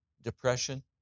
Depression